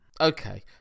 Okay